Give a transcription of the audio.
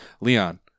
Leon